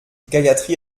gayathri